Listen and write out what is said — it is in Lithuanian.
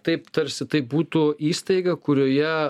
taip tarsi tai būtų įstaiga kurioje